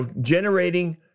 generating